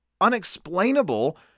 unexplainable